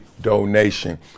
donation